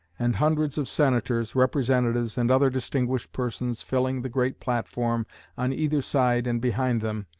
and hundreds of senators, representatives, and other distinguished persons filling the great platform on either side and behind them,